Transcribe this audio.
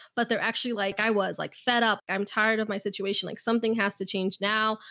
but they're actually like, i was like fed up. i'm tired of my situation. like something has to change now.